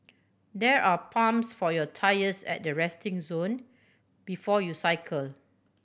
there are pumps for your tyres at the resting zone before you cycle